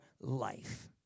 life